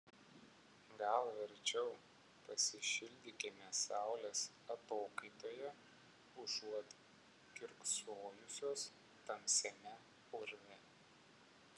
gal verčiau pasišildykime saulės atokaitoje užuot kiurksojusios tamsiame urve